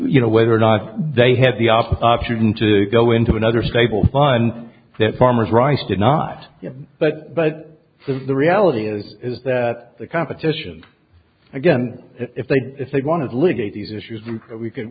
you know whether or not they have the option to go into another stable find that farmer's rice did not but but the reality is is that the competition again if they if they want to live eight these issues and we could